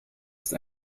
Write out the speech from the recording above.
ist